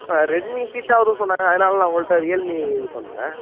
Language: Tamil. ரெட்மி ஹீட்டாகுதுன்னு சொன்னாங்க அதனால நான் உங்கள்கிட்ட ரியல்மி இது பண்ணினேன்